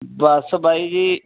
ਬੱਸ ਬਾਈ ਜੀ